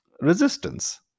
resistance